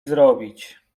zrobić